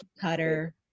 cutter